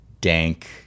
dank